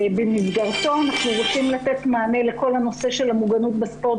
שבמסגרתו אנחנו רוצים לתת מענה לכל הנושא של מוגנות בספורט